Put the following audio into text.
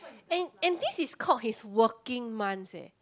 and and this is called his working months eh